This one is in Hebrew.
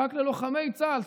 ורק ללוחמי צה"ל,